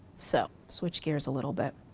so, switch gears a little bit.